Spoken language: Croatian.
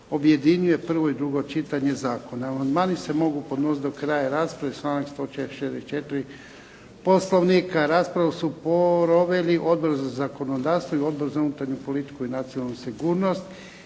objedinjuje prvo i drugo čitanje zakona. Amandmani se mogu podnositi do kraja rasprave, članka 164. Poslovnika. Raspravu su proveli Odbor za zakonodavstvo i Odbor za unutarnju politiku i nacionalnu sigurnost.